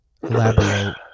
Collaborate